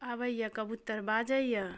आबैए कबूतर बाजैए